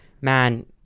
Man